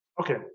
Okay